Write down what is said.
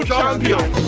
champion